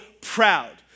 proud